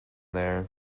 there